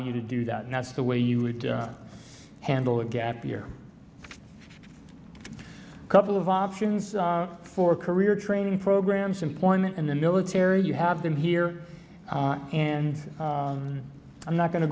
you to do that and that's the way you would handle a gap year couple of options for career training programs employment in the military you have been here and i'm not going to